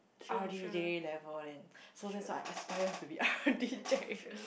r_d_j level then so that's what I aspire to be r_d_j